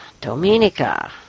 Dominica